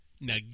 Now